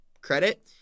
credit